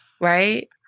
Right